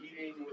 eating